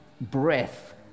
breath